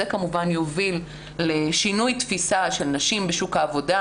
זה כמובן יוביל לשינוי תפיסה של נשים בשוק העבודה,